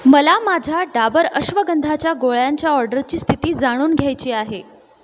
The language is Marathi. मला माझ्या डाबर अश्वगंधाच्या गोळ्यांच्या ऑर्डरची स्थिती जाणून घ्यायची आहे